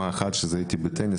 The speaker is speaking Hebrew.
כשהייתי בטניס,